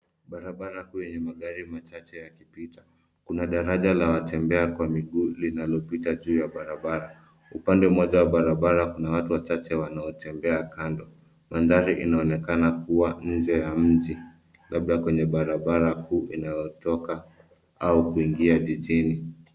Barabara kuu yenye magari machache yakipita. Kuna daraja la watembea kwa miguu linalopita juu ya barabara. Upande mmoja wa barabara kuna watu wachache wanaotembea kando. Mandhari inaonekana kuwa nje ya mji, labda kwenye barabara kuu inayotoka au kuingia jijini.